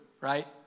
Right